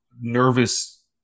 nervous